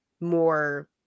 more